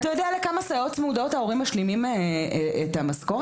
אתה יודע לכמה סייעות צמודות ההורים משלימים את המשכורת